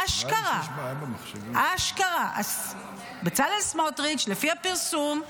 אשכרה, אשכרה, לפי הפרסום,